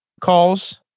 calls